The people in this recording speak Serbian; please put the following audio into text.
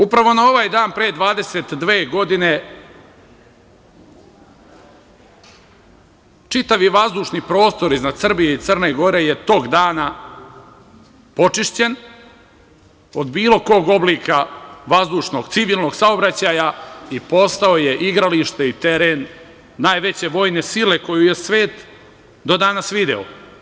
Upravo na ovaj dan pre 22 godine čitav vazdušni prostor iznad Srbije i Crne Gore je tog dana počišćen od bilo kog oblika vazdušnog, civilnog saobraćaja i postao je igralište i teren najveće vojne sile koju je svet do danas video.